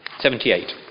78